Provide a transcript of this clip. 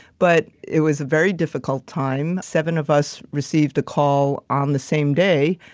but it was a very difficult time. seven of us received the call on the same day,